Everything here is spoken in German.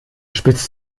spitzt